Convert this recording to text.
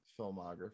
filmography